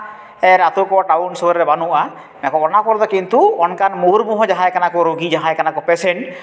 ᱟᱛᱳ ᱠᱚ ᱴᱟᱣᱩᱱ ᱥᱩᱨ ᱨᱮ ᱵᱟᱹᱱᱩᱜᱼᱟ ᱢᱮᱱᱠᱷᱟᱱ ᱚᱱᱟ ᱠᱚᱨᱮ ᱫᱚ ᱠᱤᱱᱛᱩ ᱚᱱᱠᱟᱱ ᱢᱩᱦᱩᱨ ᱢᱩᱦᱩ ᱡᱟᱦᱟᱸᱭ ᱠᱟᱱᱟ ᱠᱚ ᱨᱩᱜᱤ ᱡᱟᱦᱟᱸᱭ ᱠᱟᱱᱟ ᱠᱚ ᱯᱮᱥᱮᱱᱴ